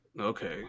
okay